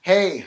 Hey